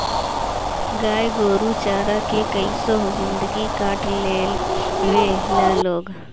गाय गोरु चारा के कइसो जिन्दगी काट लेवे ला लोग